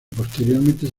posteriormente